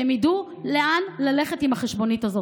והם ידעו לאן ללכת עם החשבונית הזאת.